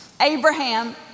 Abraham